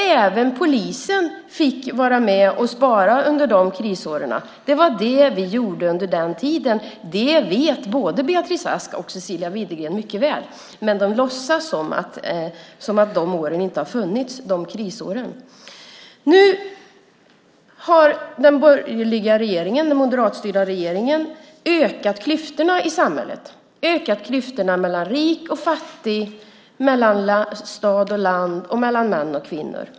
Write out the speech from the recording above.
Även polisen fick vara med och spara under dessa krisår. Det var det som vi gjorde under den tiden. Det vet både Beatrice Ask och Cecilia Widegren mycket väl. Men de låtsas som om dessa krisår inte har funnits. Nu har den moderatstyrda borgerliga regeringen ökat klyftorna i samhället mellan rik och fattig, mellan stad och land och mellan män och kvinnor.